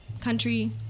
country